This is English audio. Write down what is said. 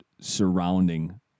surrounding